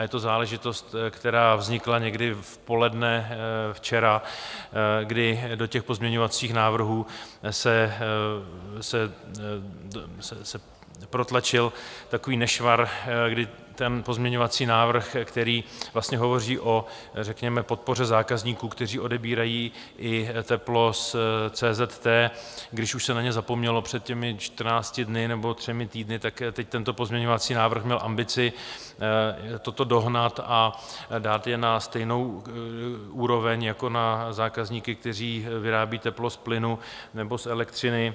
Je to záležitost, která vznikla někdy v poledne včera, kdy do pozměňovacích návrhů se protlačil takový nešvar, kdy ten pozměňovací návrh, který vlastně hovoří řekněme o podpoře zákazníků, kteří odebírají i teplo z CZT, když už se na ně zapomnělo před těmi čtrnácti dny nebo třemi týdny, tak teď tento pozměňovací návrh měl ambici toto dohnat a dát je na stejnou úroveň jako zákazníky, kteří vyrábějí teplo z plynu nebo z elektřiny.